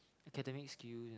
academic skill you know